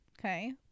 okay